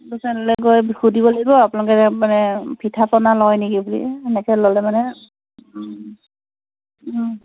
দোকানলৈ গৈ সুধিব লাগিব আপোনালোকে মানে পিঠা পনা লয় নেকি বুলি এনেকৈ ল'লে মানে